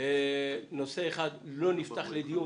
נושא אחד לא נפתח לדיון,